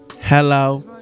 Hello